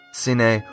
sine